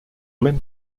même